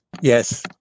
Yes